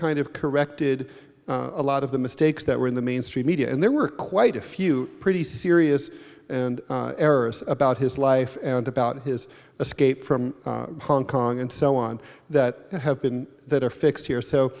kind of corrected a lot of the mistakes that were in the mainstream media and there were quite a few pretty serious and errors about his life and about his escape from hong kong and so on that have been that are fixed here so